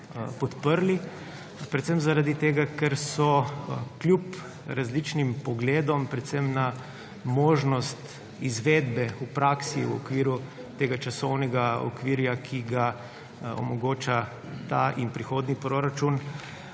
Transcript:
podprli; predvsem zaradi tega, ker so kljub različnim pogledom predvsem na možnost izvedbe v praksi v okviru tega časovnega okvirja, ki ga omogoča ta in prihodnji proračun,